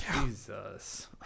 Jesus